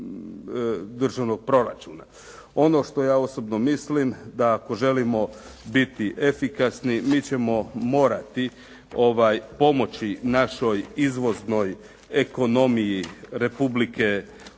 državnog proračuna. Ono što ja osobno mislim da ako želimo biti efikasni, mi ćemo morati pomoći našoj izvoznoj ekonomiji Republike